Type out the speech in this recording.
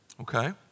okay